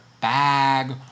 bag